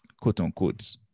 Quote-unquote